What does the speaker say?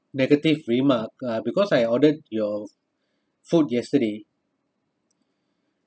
negative remark uh because I ordered your food yesterday